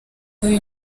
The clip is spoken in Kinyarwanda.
uyu